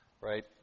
right